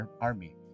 Army